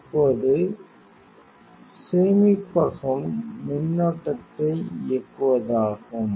இப்போது சேமிப்பகம் மின்னோட்டத்தை இயக்குவதாகும்